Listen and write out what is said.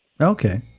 Okay